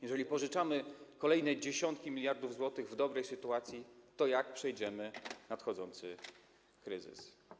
Jeżeli pożyczamy kolejne dziesiątki miliardów złotych w dobrej sytuacji, to jak przejdziemy przez nadchodzący kryzys?